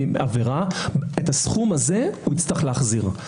מעבירה, את הסכום הזה יצטרך להחזיר.